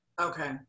Okay